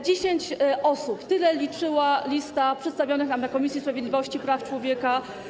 Dziesięć osób - tyle liczyła lista przedstawiona nam w Komisji Sprawiedliwości i Praw Człowieka.